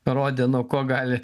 parodė nuo ko gali